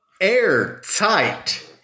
airtight